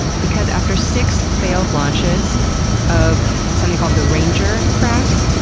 because after six failed launches of something called the ranger crafts,